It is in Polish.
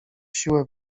siłę